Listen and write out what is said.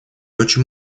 очень